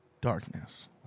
Darkness